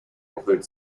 include